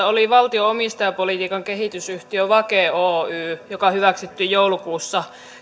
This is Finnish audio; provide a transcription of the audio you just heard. oli valtion omistajapolitiikan kehitysyhtiö vake oy joka hyväksyttiin joulukuussa